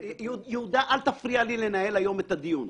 יהודה, אל תפריע לי לנהל היום את הדיון.